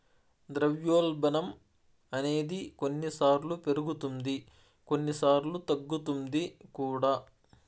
ద్రవ్యోల్బణం అనేది కొన్నిసార్లు పెరుగుతుంది కొన్నిసార్లు తగ్గుతుంది కూడా